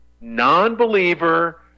non-believer